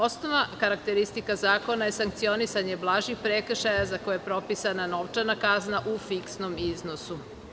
Osnovna karakteristika zakona je sankcionisanje blažih prekršaja za koje je propisana novčana kazna u fiksnom iznosu.